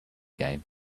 game